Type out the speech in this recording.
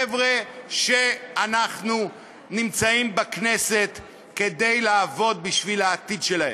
הם חבר'ה שאנחנו נמצאים בכנסת כדי לעבוד בשביל העתיד שלהם.